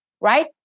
right